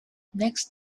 next